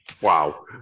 wow